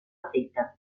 efecte